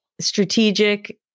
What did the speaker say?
Strategic